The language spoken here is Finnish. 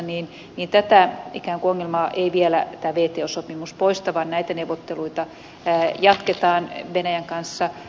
tätä ikään kuin ongelmaa ei vielä tämä wto sopimus poista vaan näitä neuvotteluita jatketaan venäjän kanssa